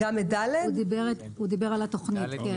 הוא כבר דיבר על התוכנית.